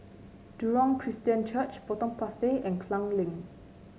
Jurong Christian Church Potong Pasir and Klang Lane